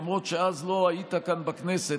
למרות שאז לא היית כאן בכנסת,